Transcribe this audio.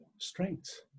strengths